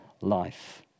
life